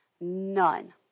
None